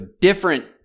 different